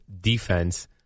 defense